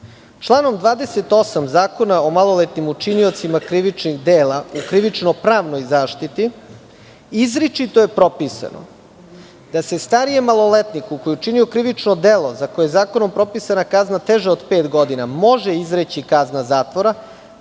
28. Zakona o maloletnim učiniocima krivičnih dela u krivično-pravnoj zaštiti izričito je propisano da se starijem maloletniku koji je učinio krivično delo za koje je zakonom propisana kazna teža od pet godina može izreći kazna zatvora